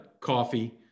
Coffee